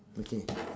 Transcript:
okay